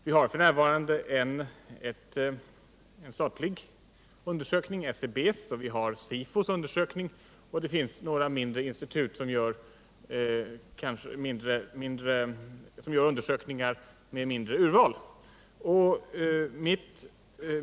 Vi harf. n. en statlig undersökning, SCB:s, och vi har SIFO:s undersökning och några undersökningar med mindre urval, som görs av andra institut.